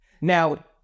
now